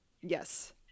Yes